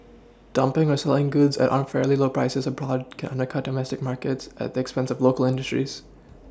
dumPing or selling goods at unfairly low prices abroad can undercut domestic markets at the expense of local industries